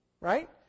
Right